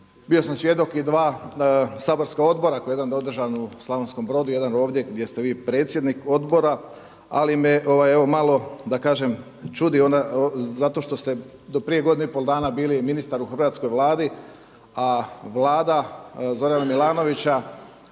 Bio sam svjedok i dva saborska odbora koji je jedan održan u Slavonskom Brodu, jedan ovdje gdje ste vi predsjednik odbora ali me malo da kažem čudi zato što ste do prije godinu i pol dana bili ministar u hrvatskoj Vladi, a Vlada Zorana Milanovića